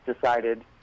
decided